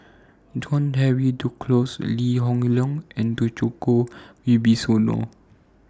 John Henry Duclos Lee Hoon Leong and Djoko Wibisono